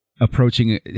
approaching